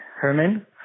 Herman